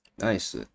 Nice